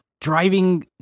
driving